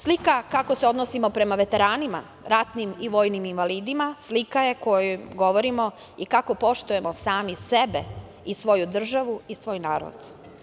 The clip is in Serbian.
Slika kako se odnosimo prema veteranima, ratnim i vojnim invalidima, slika je kojoj govorimo kako poštujemo sami sebe i svoju državu i svoj narod.